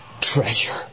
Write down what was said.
treasure